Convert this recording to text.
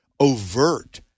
overt